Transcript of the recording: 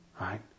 right